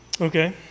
Okay